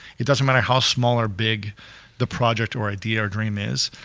it doesn't matter how small or big the project or idea or dream is.